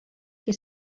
que